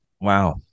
Wow